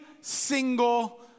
single